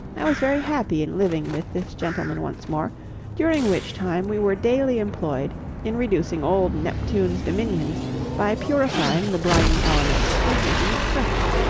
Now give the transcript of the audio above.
i was very happy in living with this gentleman once more during which time we were daily employed in reducing old neptune's dominions by purifying the briny element and making it fresh.